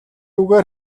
үгээр